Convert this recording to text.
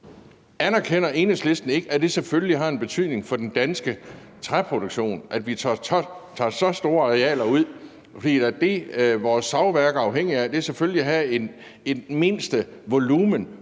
Anerkender Enhedslisten ikke, at det selvfølgelig har en betydning for den danske træproduktion, at vi tager så store arealer ud? For det, vores savværker er afhængige af, er selvfølgelig at have et mindstevolumen,